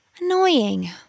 Annoying